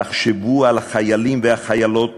תחשבו על החיילים והחיילות